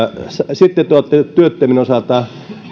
sitten te olette työttömien osalta